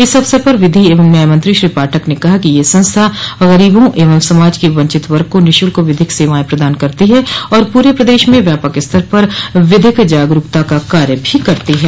इस अवसर पर विधि एवं न्यायमंत्री श्री पाठक ने कहा कि यह संस्था गरीबों एवं समाज के वंचित वर्ग को निःशल्क विधिक सेवाएं प्रदान करती है और पूरे प्रदेश में व्यापक स्तर पर विधिक जागरूकता का कार्य भी करती है